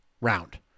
round